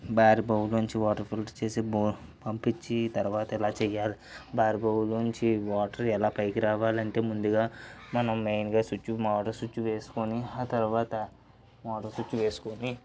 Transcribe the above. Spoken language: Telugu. బోరు బావిలోంచి వాటర్ ఫిల్టర్ చేసే బోరు పంపించి తరువాత ఇలా చేయాలి బోర్ బావిలోంచి వాటర్ ఎలా పైకి రావాలి అంటే ముందుగా మనం మెయిన్గా స్విచ్కు మోటర్ స్విచ్ వేసుకొని ఆ తరువాత మోటార్ స్విచ్ వేసుకొని